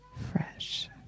fresh